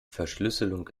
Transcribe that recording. verschlüsselung